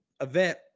event